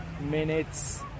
Minutes